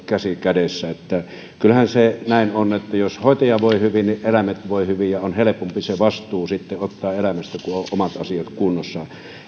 käsi kädessä kyllähän se näin on että jos hoitaja voi hyvin niin eläimet voivat hyvin ja on helpompi ottaa se vastuu eläimestä kun ovat omat asiat kunnossa